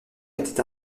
était